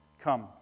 Come